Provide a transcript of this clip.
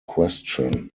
question